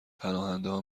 پناهندهها